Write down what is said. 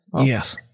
Yes